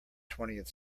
twentieth